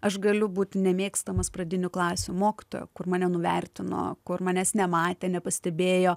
aš galiu būti nemėgstamas pradinių klasių mokytojo kur mane nuvertino kur manęs nematė nepastebėjo